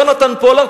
יונתן פולארד,